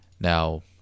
Now